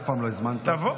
אף פעם לא הזמנת אותי.